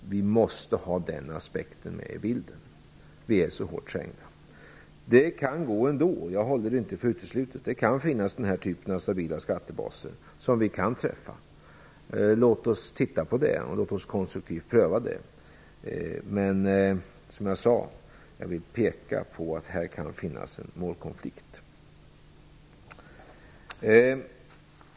Vi måste ha den aspekten med i bilden. Vi är så hårt trängda. Det kan gå ändå. Jag håller det inte för uteslutet. Den här typen av stabila skattebaser kan finnas, som vi kan träffa. Låt oss titta på det. Låt oss konstruktivt pröva det. Men, som jag sade, jag vill peka på att här kan finnas en målkonflikt.